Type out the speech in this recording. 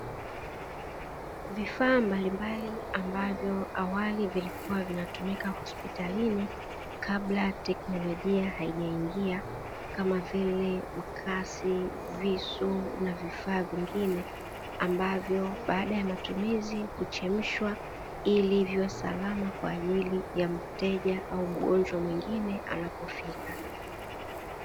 Vifaa mbalimbali ambavyo awali vilikuwa vinatumika hospitalini kabla teknolojia haijaingia kama vile mkasi, visu na vifaa vingine; ambavyo baada ya matumizi kuchemshwa ili viwe salama kwa ajili ya mteja au mgonjwa mwingine anapofika.